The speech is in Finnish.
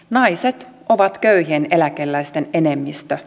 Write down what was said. naiset ovat köyhien eläkeläisten enemmistö